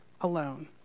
alone